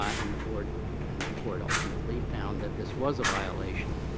ah and the board and the court ultimately found that this was a violation.